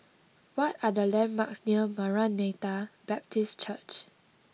what are the landmarks near Maranatha Baptist Church